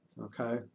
okay